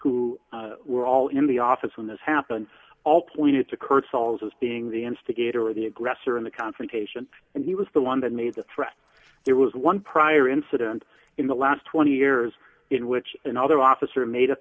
who were all in the office when this happened all pointed to curt sauls as being the instigator or the aggressor in the confrontation and he was the one that made the threat there was one prior incident in the last twenty years in which another officer made a